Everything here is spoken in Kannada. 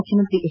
ಮುಖ್ಯಮಂತ್ರಿ ಎಚ್